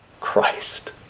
Christ